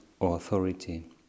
authority